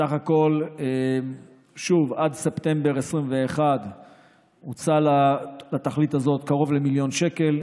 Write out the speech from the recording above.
סך הכול עד ספטמבר 2021 הוצאו לתכלית הזאת קרוב למיליון שקל,